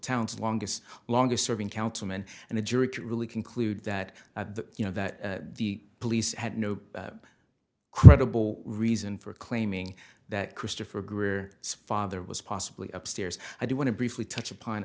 town's longest longest serving councilman and the jury really concluded that the you know that the police had no credible reason for claiming that christopher greer father was possibly upstairs i do want to briefly touch upon